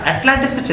Atlantis